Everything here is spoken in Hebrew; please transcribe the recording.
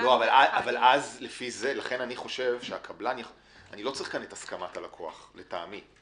לא צריך את הסכמת הלקוח, לטעמי.